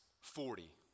Forty